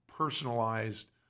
personalized